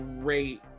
great